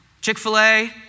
Chick-fil-A